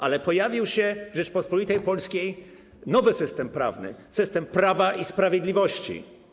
Ale pojawił się w Rzeczypospolitej Polskiej nowy system prawny: system Prawa i Sprawiedliwości.